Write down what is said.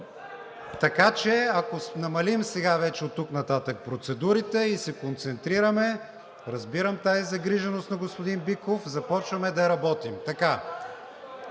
неща. Ако намалим сега вече оттук нататък процедурите и се концентрираме, разбирам тази загриженост на господин Биков, започваме да работим.